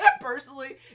Personally